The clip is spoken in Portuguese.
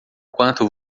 quanto